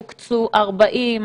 הוקצו 40,